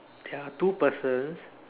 there are two persons